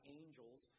angels